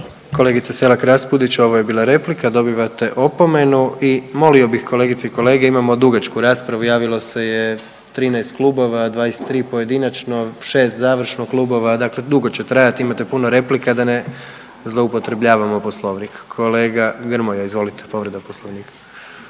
Kolegice Selar Raspudić, ovo je bila replika. Dobivate opomenu i molio bih kolegice i kolege, imamo dugačku raspravu, javilo se je 13 kluba, 23 pojedinačno, 6 završno klubova, dakle dugo će trajati, imate puno replika, da ne zloupotrebljavamo Poslovnik. Kolega Grmoja, izvolite. Povreda Poslovnika.